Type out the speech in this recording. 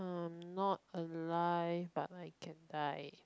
I am not alive but I can die